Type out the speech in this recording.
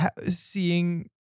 seeing